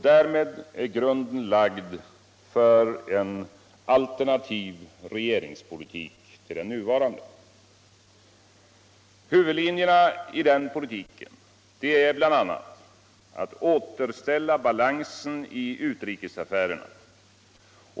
Därmed är grunden lagd för en regeringspolitik som utgör alternativ till den nuvarande. Huvudlinjerna i den politiken är bl.a. att återställa balansen i utrikesaffärerna.